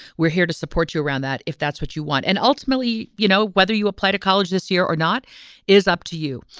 we're here to support you around that, if that's what you want. and ultimately, you know, whether you apply to college this year or not is up to you.